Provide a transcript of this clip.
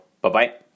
Bye-bye